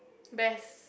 best